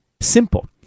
Simple